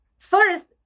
First